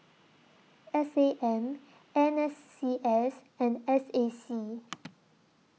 S A M N S C S and S A C